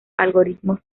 algoritmos